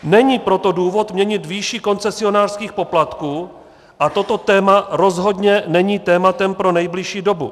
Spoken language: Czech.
Není proto důvod měnit výši koncesionářských poplatků a toto téma rozhodně není tématem pro nejbližší dobu.